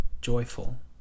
joyful